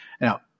Now